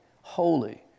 holy